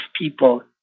people